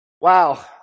Wow